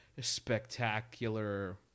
spectacular